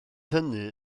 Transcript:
hynny